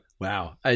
Wow